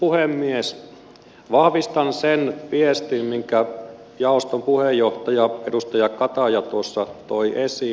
vahvistan sen viestin minkä jaoston puheenjohtaja edustaja kataja tuossa toi esiin